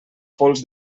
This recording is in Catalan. pols